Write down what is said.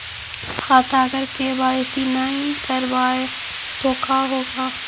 खाता अगर के.वाई.सी नही करबाए तो का होगा?